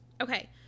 Okay